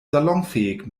salonfähig